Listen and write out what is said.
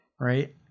right